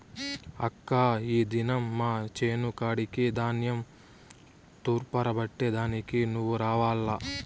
అక్కా ఈ దినం మా చేను కాడికి ధాన్యం తూర్పారబట్టే దానికి నువ్వు రావాల్ల